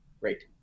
great